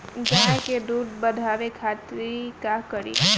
गाय के दूध बढ़ावे खातिर का करी?